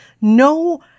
No